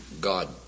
God